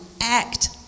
act